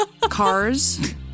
cars